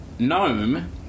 Gnome